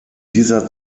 dieser